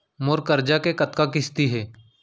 मोर करजा के कतका किस्ती हे?